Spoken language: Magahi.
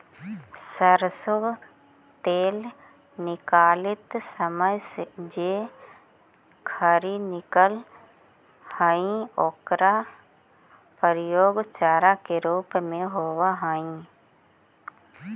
सरसो तेल निकालित समय जे खरी निकलऽ हइ ओकर प्रयोग चारा के रूप में होवऽ हइ